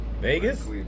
Vegas